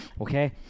okay